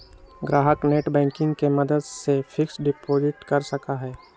ग्राहक नेटबैंकिंग के मदद से फिक्स्ड डिपाजिट कर सका हई